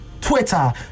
Twitter